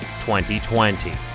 2020